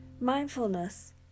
Mindfulness